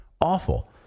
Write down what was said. Awful